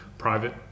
private